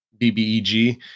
BBEG